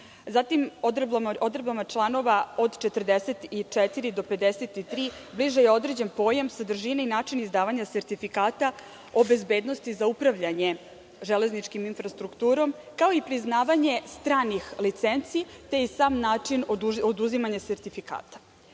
odredbama članova od 44. do 53. bliže je određen pojam, sadržina i način izdavanja sertifikata o bezbednosti za upravljanje železničkom infrastrukturom kao i priznavanje stranih licenci, te i sam način oduzimanja sertifikata. Odredbama